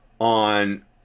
on